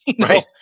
Right